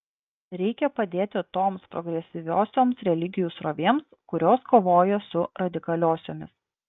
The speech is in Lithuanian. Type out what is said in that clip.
reikia padėti toms progresyviosioms religijų srovėms kurios kovoja su radikaliosiomis